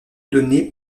donnée